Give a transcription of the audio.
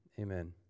amen